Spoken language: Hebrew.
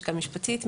לשכה משפטית,